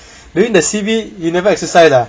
during the C_B you never exercise ah